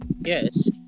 Yes